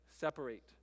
separate